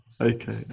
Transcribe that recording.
okay